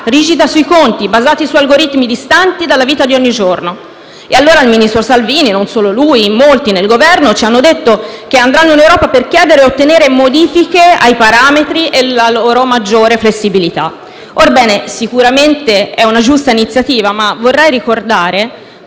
rigida sui conti, e basata su algoritmi distanti dalla vita di ogni giorno. Il ministro Salvini - e non solo lui, ma in molti nel Governo - ha detto che andrà in Europa per chiedere ed ottenere modifiche ai parametri e una loro maggiore flessibilità. Orbene, sicuramente è una giusta iniziativa, ma vorrei ricordare,